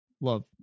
love